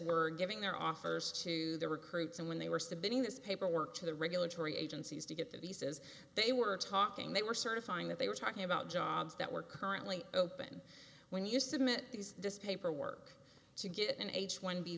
were giving their offers to the recruits and when they were submitting this paperwork to the regulatory agencies to get the visas they were talking they were certifying that they were talking about jobs that were currently open when you submit these papers or work to get an h one b